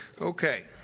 Okay